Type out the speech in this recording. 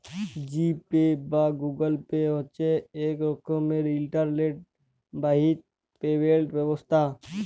জি Pay বা Google Pay হছে ইক রকমের ইলটারলেট বাহিত পেমেল্ট ব্যবস্থা